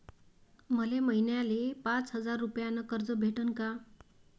मले महिन्याले पाच हजार रुपयानं कर्ज भेटन का?